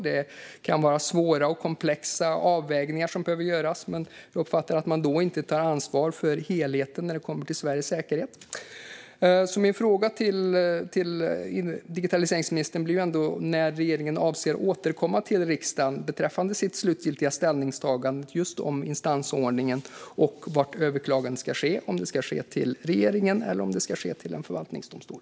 Det kan vara svåra och komplexa avvägningar som behöver göras, men jag uppfattar att man då inte tar ansvar för helheten när det kommer till Sveriges säkerhet. När avser regeringen att återkomma till riksdagen, digitaliseringsministern, beträffande sitt slutgiltiga ställningstagande om instansordning och om till vem överklaganden ska ske - till regeringen eller till en förvaltningsdomstol?